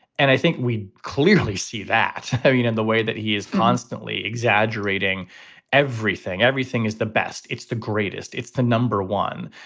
and i think we clearly see that in the way that he is constantly exaggerating everything. everything is the best. it's the greatest. it's the number one.